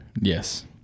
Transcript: Yes